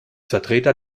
vertreter